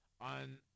on